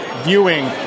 viewing